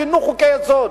שינו חוקי-יסוד.